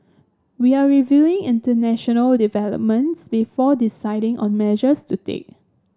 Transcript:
we are reviewing international developments before deciding on measures to take